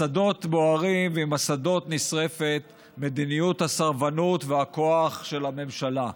השדות בוערים ועם השדות נשרפת מדיניות הסרבנות והכוח של הממשלה.